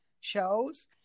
shows